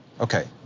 okay